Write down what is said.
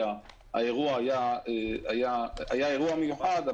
כי היה אירוע מיוחד,